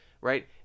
right